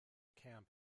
camp